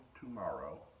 tomorrow